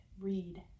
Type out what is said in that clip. read